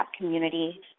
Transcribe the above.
community